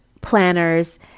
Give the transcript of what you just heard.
planners